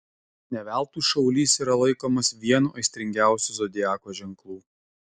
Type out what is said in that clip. ne veltui šaulys yra laikomas vienu aistringiausių zodiako ženklų